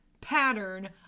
pattern